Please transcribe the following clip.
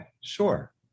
Sure